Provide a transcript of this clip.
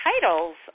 titles